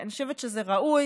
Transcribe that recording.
אני חושבת שזה ראוי.